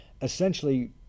Essentially